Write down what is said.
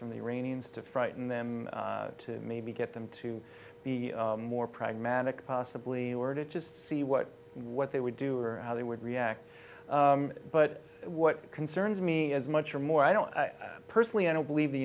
from the iranians to frighten them to maybe get them to be more pragmatic possibly or it just see what what they would do or how they would react but what concerns me as much or more i don't personally i don't believe the